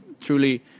truly